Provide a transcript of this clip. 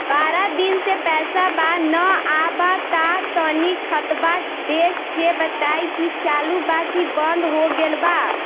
बारा दिन से पैसा बा न आबा ता तनी ख्ताबा देख के बताई की चालु बा की बंद हों गेल बा?